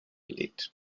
gelegt